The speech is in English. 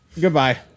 Goodbye